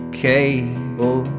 cable